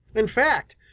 in fact,